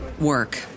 work